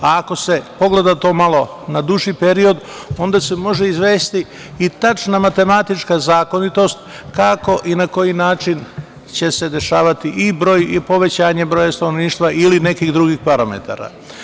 Ako se pogleda to malo na duži period, onda se može izvesti i tačna matematička zakonitost kako i na koji način će se dešavati i broj i povećanje broja stanovništva ili nekih drugih parametara.